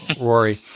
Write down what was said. Rory